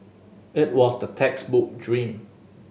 it was the textbook dream